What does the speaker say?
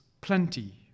plenty